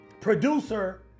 producer